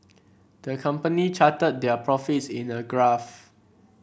the company charted their profits in a graph